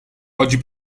oggi